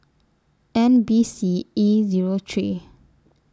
N B C E Zero three